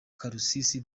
karusisi